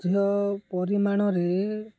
ଝିଅ ପରିମାଣରେ